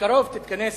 בקרוב תתכנס